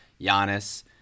Giannis